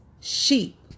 sheep